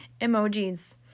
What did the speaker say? Emojis